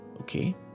Okay